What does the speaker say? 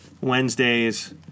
wednesdays